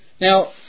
Now